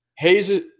Hayes